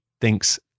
thinks